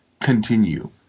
continue